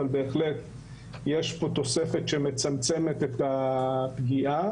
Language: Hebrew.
אבל בהחלט יש פה תוספת שמצמצמת את הפגיעה.